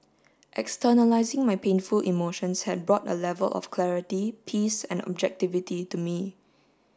externalising my painful emotions had brought a level of clarity peace and objectivity to me